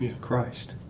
Christ